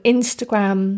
Instagram